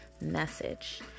message